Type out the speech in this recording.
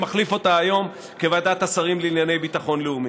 שמחליף אותה היום כוועדת השרים לענייני ביטחון לאומי.